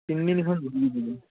ତିନି ଦିନ ଖଣ୍ଡେ ଦୁଇ ଦିନ